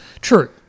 True